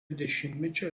dešimtmečio